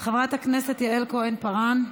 חברת הכנסת יעל כהן-פארן,